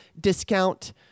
discount